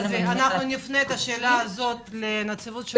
--- אנחנו נפנה את השאלה לנציבות שירות המדינה.